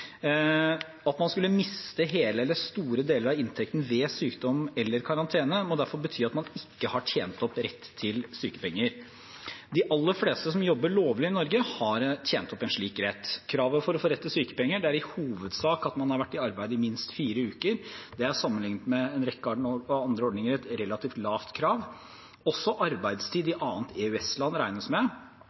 At man skulle miste hele eller store deler av inntekten ved sykdom eller karantene, må derfor bety at man ikke har tjent opp rett til sykepenger. De aller fleste som jobber lovlig i Norge, har tjent opp en slik rett. Kravet for å få rett til sykepenger er i hovedsak at man har vært i arbeid i minst fire uker. Det er sammenlignet med en rekke andre ordninger et relativt lavt krav. Også arbeidstid i annet EØS-land regnes med.